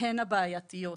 הן הבעייתיות,